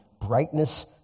brightness